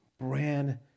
brand